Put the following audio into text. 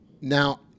now